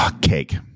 Cake